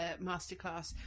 masterclass